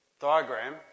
diagram